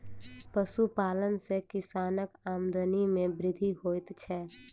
पशुपालन सॅ किसानक आमदनी मे वृद्धि होइत छै